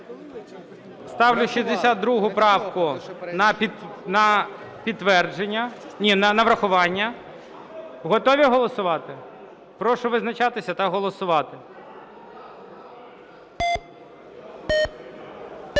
Ні, на врахування. Готові голосувати? Прошу визначатися та голосувати.